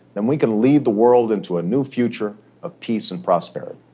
then we can lead the world into a new future of peace and prosperity.